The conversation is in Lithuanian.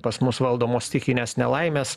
pas mus valdomos stichinės nelaimės